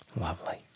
Lovely